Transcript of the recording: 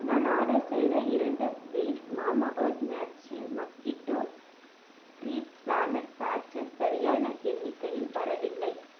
நான் ஆர்டர் செய்த இரண்டு piece Mamaearth natural mosquito repellent patches சரியான எண்ணிக்கையில் வரவில்லை